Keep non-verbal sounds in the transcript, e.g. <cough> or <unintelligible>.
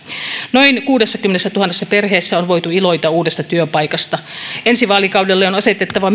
noin kuudessakymmenessätuhannessa perheessä on voitu iloita uudesta työpaikasta ja myös ensi vaalikaudelle on asetettava <unintelligible>